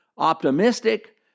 optimistic